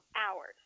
hours